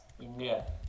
India